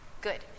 Good